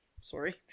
Sorry